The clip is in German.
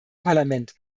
parlament